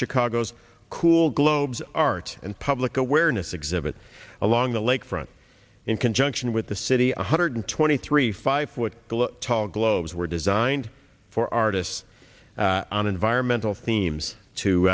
chicago's cool globe's art and public awareness exhibit along the lake front in conjunction with the city a hundred twenty three five foot tall globes were designed for artists on environmental themes to